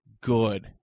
good